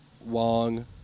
Wong